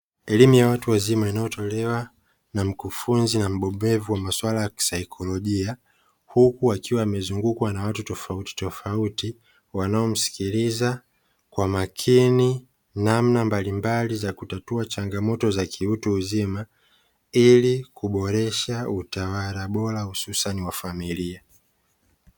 Elimu ya watu wazima inayotolewa na mkufunzi na mbobevu wa masuala ya kisaikolojia, huku wakiwa wamezungukwa na watu tofauti tofauti wanaomsikiliza kwa makini namna mbalimbali za kutatua changamoto za kiutu uzima ili kuboresha utawala bora hususan wa familia.